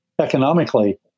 economically